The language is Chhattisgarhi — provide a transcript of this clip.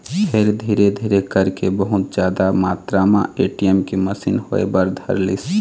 फेर धीरे धीरे करके बहुत जादा मातरा म ए.टी.एम के मसीन होय बर धरलिस